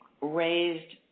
raised